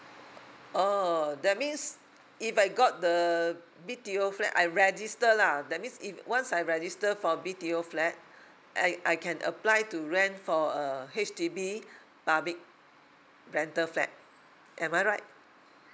oh that means if I got the B T O flat I register lah that means if once I register for B T O flat I I can apply to rent for a H_D_B public rental flat am I right